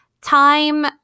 time –